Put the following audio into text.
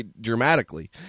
dramatically